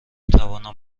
توانم